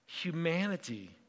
humanity